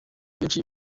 benshi